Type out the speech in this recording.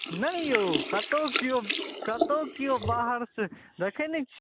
नहि यौ कतहु केओ कतहु केओ बाहरसँ देखय नहि छि